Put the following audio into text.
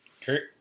Kurt